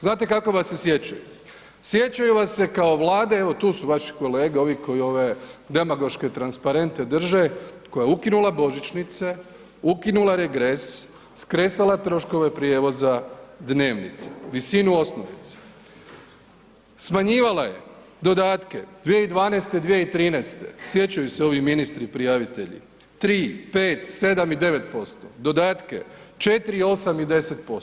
Znate kako vas se sjećaju, sjećaju vas se kao vlade evo tu su vaši kolege, ovi koji ove demagoške transparente drže, koja je ukinula božićnice, ukinula regres, skresala troškove prijevoza, dnevnica, visinu osnovice, smanjivala je dodatke 2012., 2013., sjećaju se ovi ministri prijavitelji, 3, 5, 7 i 9%, dodatke 4, 8 i 10%